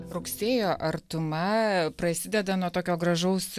rugsėjo artuma prasideda nuo tokio gražaus